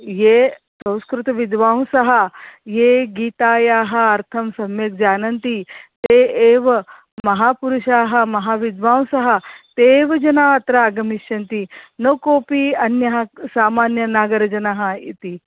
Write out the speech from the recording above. ये संस्कृतविद्वांसः ये गीतायाः अर्थं सम्यग् जानन्ति ते एव महापुरुषाः महाविद्वांसः ते एव जनाः अत्र आगमिष्यन्ति न कोपि अन्यः सामान्यनगरजनाः इति